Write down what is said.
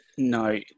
No